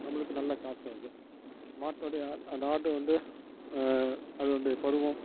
நம்மளுக்கு நல்ல காசு அது மாட்டுடைய அந்த ஆடு வந்து அதனுடைய பருவம்